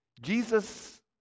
Jesus